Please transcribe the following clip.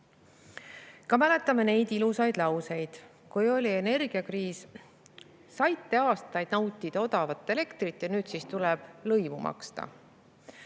rolli. Mäletame ka neid ilusaid lauseid, kui oli energiakriis, nagu "Saite aastaid nautida odavat elektrit ja nüüd siis tuleb lõivu maksta."